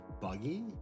buggy